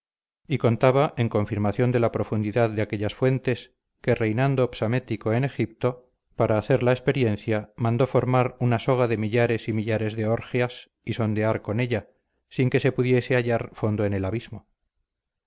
y contaba en confirmación de la profundidad de aquellas fuentes que reinando psamético en egipto para nacer la experiencia mandó formar una soga de millares y millares de orgias y sondear con ella sin que se pudiese hallar fondo en el abismo